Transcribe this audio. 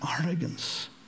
arrogance